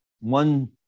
one